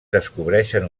descobreixen